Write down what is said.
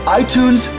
iTunes